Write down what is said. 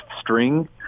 string